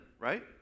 right